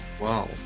Wow